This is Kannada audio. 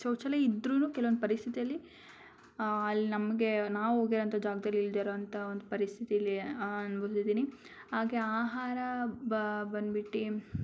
ಶೌಚಾಲಯ ಇದ್ದರೂನು ಕೆಲವೊಂದು ಪರಿಸ್ಥಿತಿಯಲ್ಲಿ ಅಲ್ಲಿ ನಮಗೆ ನಾವು ಹೋಗಿರಂಥ ಜಾಗ್ದಲ್ಲಿ ಇಲ್ಲದೆ ಇರುವಂಥ ಒಂದು ಪರಿಸ್ಥಿತಿಲಿ ಹಾಗೆ ಆಹಾರ ಬಂದ್ಬಿಟ್ಟು